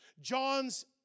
John's